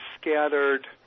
scattered